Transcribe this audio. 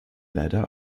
leider